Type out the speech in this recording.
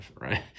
right